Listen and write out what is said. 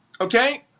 Okay